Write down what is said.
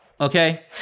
okay